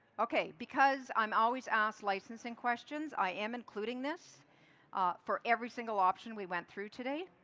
okay. because i'm always asked licensing questions, i am including this for every single option we went through today.